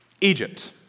Egypt